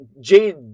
Jade